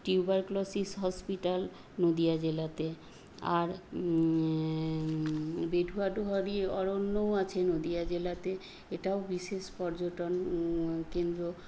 tuberculosis hospital Nadia জেলাতে আর বিট বাটু অরণ্যও আছে নদিয়া জেলাতে এটাও বিশেষ পর্যটন কেন্দ্র